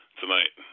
tonight